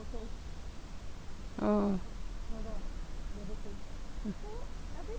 oh